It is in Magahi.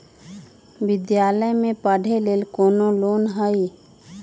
विद्यालय में पढ़े लेल कौनो लोन हई?